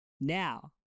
Now